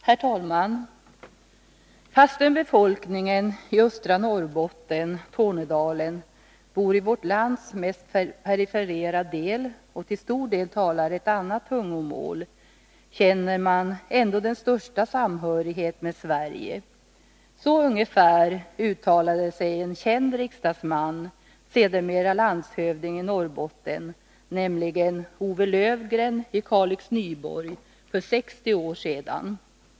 Herr talman! Fastän befolkningen i östra Norrbotten — Tornedalen — bor i vårt lands mest perifera del och till stor del talar ett annat tungomål känner den ändå den största samhörighet med Sverige. Så ungefär uttalade sig för 60 år sedan en känd riksdagsman, sedermera landshövding i Norrbotten, nämligen O.W. Lövgren i Kalix-Nyborg.